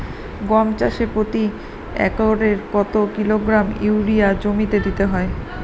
গম চাষে প্রতি একরে কত কিলোগ্রাম ইউরিয়া জমিতে দিতে হয়?